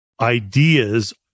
ideas